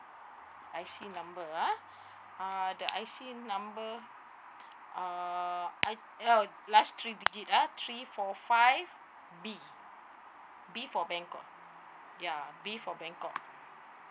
I_C nnumber ah uh the I_C number uh oh last three digit ah three four five B B for bangkok ya B for bangkok